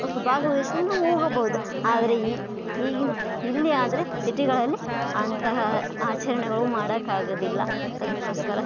ಭಾಗವಹಿಸಲು ನಾವು ಹೋಗಬಹುದು ಆದರೆ ಈಗಿನ ಇಲ್ಲಿ ಆದರೆ ಸಿಟಿಗಳಲ್ಲಿ ಅಂತಹ ಆಚರಣೆಗಳು ಮಾಡಕ್ಕೆ ಆಗೋದಿಲ್ಲ ಅದ್ಕೊಸ್ಕರ